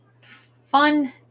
fun